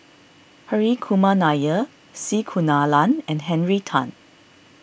Hri Kumar Nair C Kunalan and Henry Tan